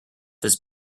his